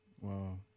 wow